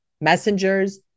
messengers